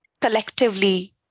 collectively